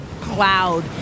cloud